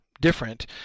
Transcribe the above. different